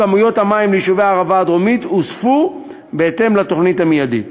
כמויות המים ליישובי הערבה הדרומית הוספו בהתאם לתוכנית המיידית.